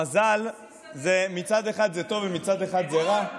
המזל, מצד אחד זה טוב ומצד אחד זה רע.